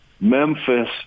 Memphis